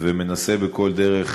מנסה בכל דרך